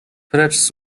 precz